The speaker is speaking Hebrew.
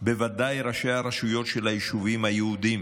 בוודאי ראשי הרשויות של היישובים היהודיים,